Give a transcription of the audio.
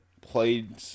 played